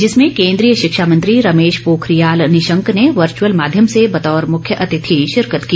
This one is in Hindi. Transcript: जिसमें केंद्रीय शिक्षा मंत्री रमेश पोखरियाल निशंक ने वर्च्ययल माध्यम से बतौर मुख्यअतिथि शिकरत की